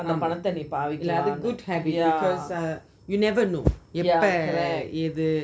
ah very good habit because uh you never know you are prepared use it